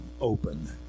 open